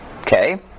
Okay